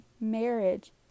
marriage